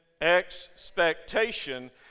expectation